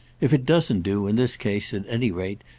if it doesn't do, in this case, at any rate,